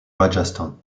rajasthan